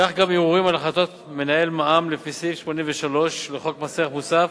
כך גם ערעורים על החלטות מנהל מע"מ לפי סעיף 83 לחוק מס ערך מוסף.